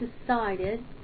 decided